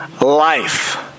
life